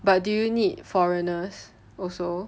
but do you need foreigners also